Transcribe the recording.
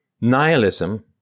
Nihilism